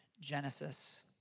Genesis